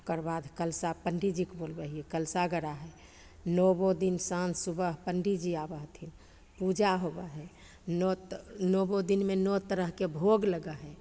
ओकर बाद कलशा पण्डीजीके बोलबै हिए कलशा गड़ाइ हइ नओ दिन साँझ सुबह पण्डीजी आबै हथिन पूजा होबै हइ नोत नओ दिनमे नओ तरहके भोग लागै हइ